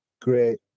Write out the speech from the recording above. great